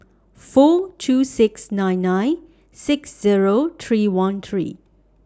four two six nine nine six Zero three one three